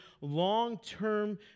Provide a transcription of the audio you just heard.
long-term